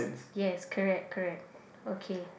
yes correct correct okay